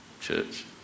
church